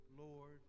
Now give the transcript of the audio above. Lord